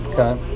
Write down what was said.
Okay